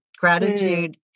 Gratitude